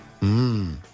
Mmm